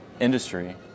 industry